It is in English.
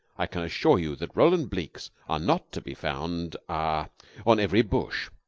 i can assure you that roland blekes are not to be found ah on every bush.